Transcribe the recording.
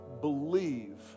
believe